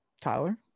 Tyler